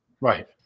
Right